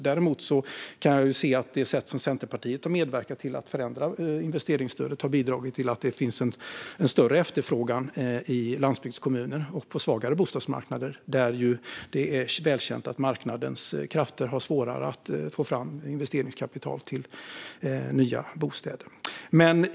Däremot kan jag se att det sätt som Centerpartiet har medverkat till att förändra investeringsstödet har bidragit till att det finns en större efterfrågan på investeringsstöd i landsbygdskommuner och på svagare bostadsmarknader, där det är välkänt att marknadens krafter har svårare att få fram investeringskapital till nya bostäder.